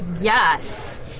Yes